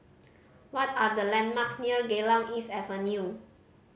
what are the landmarks near Geylang East Avenue